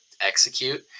execute